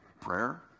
Prayer